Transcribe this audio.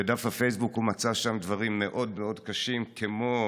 בדף הפייסבוק הוא מצא דברים מאוד מאוד קשים כמו: